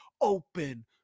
open